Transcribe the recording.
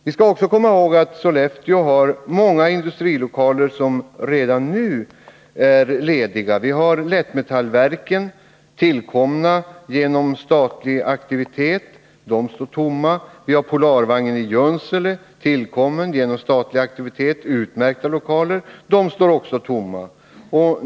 Vi skall också komma ihåg att Sollefteå har många industrilokaler som redan nu är lediga. Vi har Lättmetallverken som tillkommit genom statlig aktivitet med lokaler som står tomma. Vi har fått Polarvagnen i Junsele som också tillkommit genom statlig aktivitet och som har utmärkta lokaler. De står också tomma.